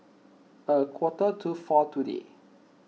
a quarter to four today